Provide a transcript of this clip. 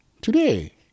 Today